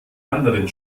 anderen